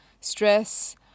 stress